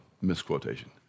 misquotation